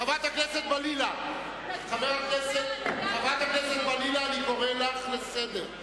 חברת הכנסת בלילא, אני קורא אותך לסדר.